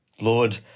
Lord